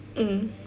mmhmm